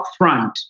upfront